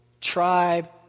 tribe